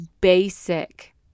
basic